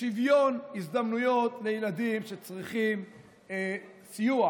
שוויון הזדמנויות לילדים שצריכים סיוע